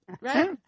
right